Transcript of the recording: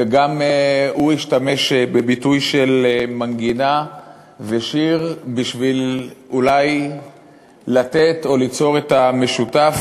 וגם הוא השתמש בביטוי של מנגינה ושיר בשביל אולי לתת או ליצור את המשותף